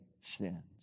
sins